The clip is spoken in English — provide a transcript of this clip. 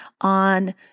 on